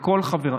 יואב,